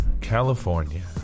california